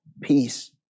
peace